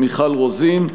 מיכל רוזין.